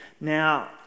Now